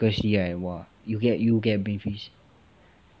firstly like !wah! you get you get brain freeze